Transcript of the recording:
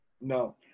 No